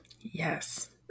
Yes